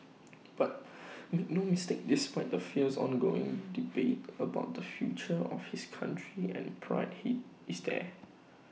but make no mistake despite the fierce ongoing debate about the future of his country and pride he is there